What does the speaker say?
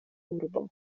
urbo